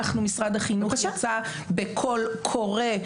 אנחנו משרד החינוך יצא בקול קורא,